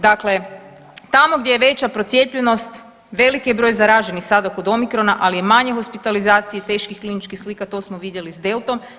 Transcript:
Dakle, tamo gdje je veća procijepljenost veliki je broj zaraženih sada kod omicrona, ali je manje hospitalizaciji i teških kliničkih slika to smo vidjeli s deltom.